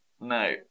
No